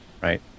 Right